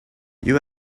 you